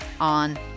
on